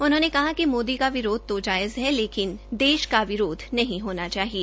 उन्होंने कहा कि मोदी का विरोध तो जायज़ है लेकिन देश का विरोध नहीं होना चाहिए